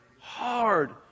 hard